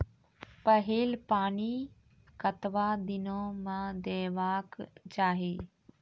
पहिल पानि कतबा दिनो म देबाक चाही?